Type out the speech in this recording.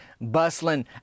bustling